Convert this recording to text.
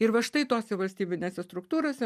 ir va štai tose valstybinėse struktūrose